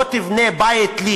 לא תבנה בית לי